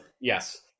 Yes